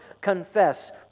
confess